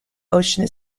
ocean